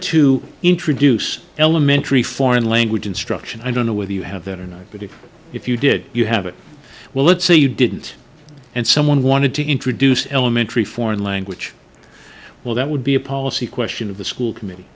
to introduce elementary foreign language instruction i don't know whether you have it or not but even if you did you have it well let's say you didn't and someone wanted to introduce elementary foreign language well that would be a policy question of the school committee